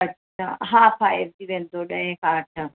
अछा हा भाइजी वेंदो ॾहें खां अठ